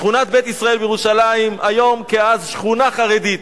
שכונת בית-ישראל בירושלים היא היום כאז שכונה חרדית.